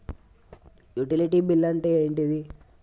Utility bill అంటే ఏంటిది?